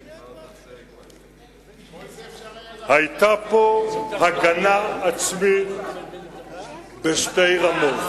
כל זה אפשר היה, היתה פה הגנה עצמית בשתי רמות.